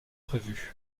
prévus